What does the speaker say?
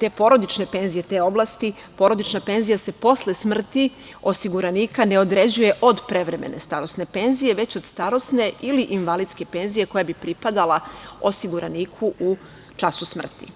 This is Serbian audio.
te porodične penzije, iz te oblasti, porodična penzija se posle smrti osiguranika ne određuje od prevremene starosne penzije, već od starosne ili invalidske penzije, koja bi pripadala osiguraniku u času smrti.